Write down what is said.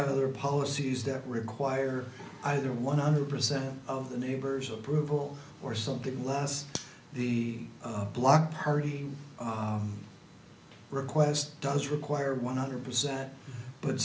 other policies that require either one hundred percent of the neighbors approval or something less the block party request does require a one hundred percent but